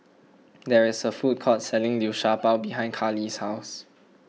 there is a food court selling Liu Sha Bao behind Karli's house